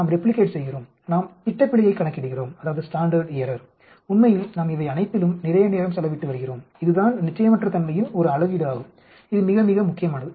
நாம் ரெப்ளிகேட் செய்கிறோம் நாம் திட்டப்பிழையைக் கணக்கிடுகிறோம் உண்மையில் நாம் இவையனைத்திலும் நிறைய நேரம் செலவிட்டு வருகிறோம் இதுதான் நிச்சயமற்ற தன்மையின் ஒரு அளவீடு ஆகும் இது மிக மிக முக்கியமானது